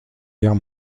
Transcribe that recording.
guerre